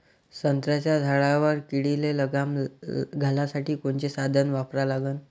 संत्र्याच्या झाडावर किडीले लगाम घालासाठी कोनचे साधनं वापरा लागन?